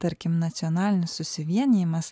tarkim nacionalinis susivienijimas